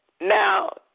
Now